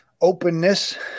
Openness